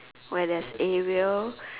where there is Ariel